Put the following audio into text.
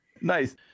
Nice